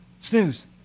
snooze